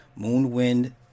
Moonwind